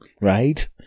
right